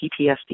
PTSD